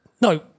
No